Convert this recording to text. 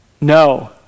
No